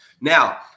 Now